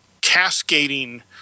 cascading